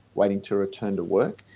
waiting to return to work.